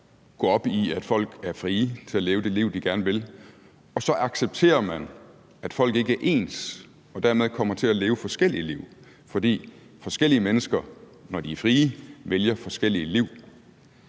gå op i, at folk er frie til at leve det liv, de gerne vil, og så accepterer man, at folk ikke er ens og dermed kommer til at leve forskellige liv. For forskellige mennesker vælger, når de er frie, forskellige liv.